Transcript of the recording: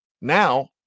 Now